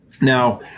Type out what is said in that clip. Now